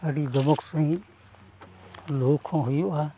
ᱟᱹᱰᱤ ᱡᱚᱢᱚᱠ ᱥᱟᱺᱦᱤᱡ ᱞᱩᱦᱩᱠ ᱦᱚᱸ ᱦᱩᱭᱩᱜᱼᱟ